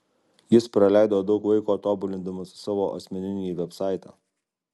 jis praleido daug laiko tobulindamas savo asmeninį vebsaitą